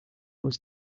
was